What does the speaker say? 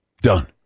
Done